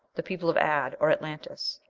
the people of ad, or atlantis.